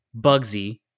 Bugsy